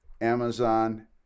Amazon